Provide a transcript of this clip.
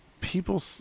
people